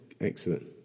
excellent